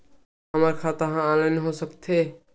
का हमर खाता ऑनलाइन हो सकथे?